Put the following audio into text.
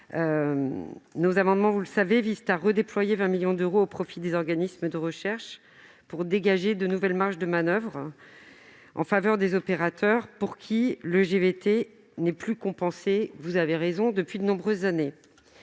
des finances, vous le savez, visent à redéployer 20 millions d'euros au profit des organismes de recherche, pour dégager de nouvelles marges de manoeuvre en faveur des opérateurs pour lesquels le GVT n'est plus compensé- vous avez raison de le rappeler -depuis de nombreuses années.